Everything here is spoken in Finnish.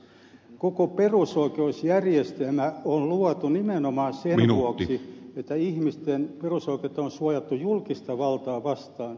koko perusoikeusjärjestelmä on luotu nimenomaan sen vuoksi että ihmisten perusoikeudet on suojattu julkista valtaa vastaan